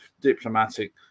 diplomatic